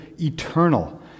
eternal